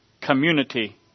community